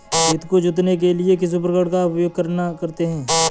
खेत को जोतने के लिए किस उपकरण का उपयोग करते हैं?